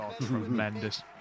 Tremendous